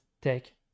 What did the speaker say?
take